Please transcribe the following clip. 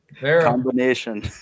Combination